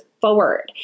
forward